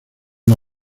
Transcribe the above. los